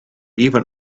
even